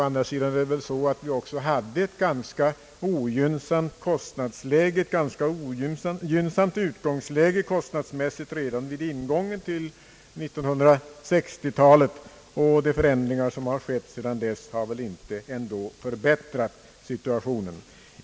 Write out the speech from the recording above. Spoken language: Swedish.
Vi hade väl också ett ganska ogynnsamt kostnadsläge redan vid ingången av 1960-talet, och de förändringar som har skett sedan dess har inte förbättrat situationen.